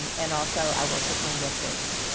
um and also, i work with linguistics,